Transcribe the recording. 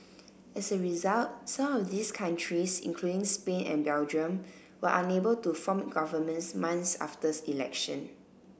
as a result some of these countries including Spain and Belgium were unable to form governments months after election